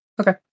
Okay